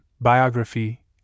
biography